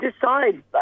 decide